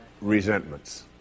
resentments